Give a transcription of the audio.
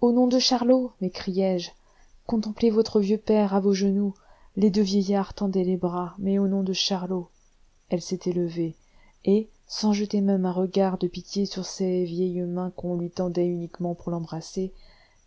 au nom de charlot m'écriai-je contemplez votre vieux père à vos genoux les deux vieillards tendaient les bras mais au nom de charlot elle s'était levée et sans jeter même un regard de pitié sur ces vieilles mains qu'on lui tendait uniquement pour l'embrasser